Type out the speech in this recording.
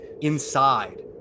inside